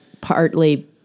partly